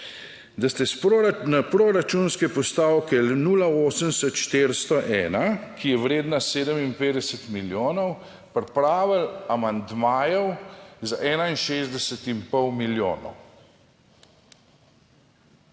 proračuna, proračunske postavke 080401, ki je vredna 57 milijonov, pripravili amandmajev za 61 in pol milijonov.